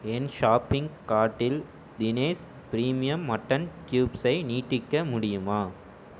என் shopping கார்ட்டில் டெனேஷ் premium mutton க்யூப்ஸை நீட்டிக்க முடியுமா